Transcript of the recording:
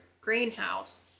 greenhouse